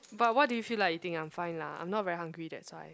but what do you feel like eating I'm fine lah I'm not very hungry that's why